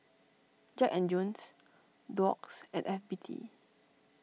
Jack and Jones Doux and F B T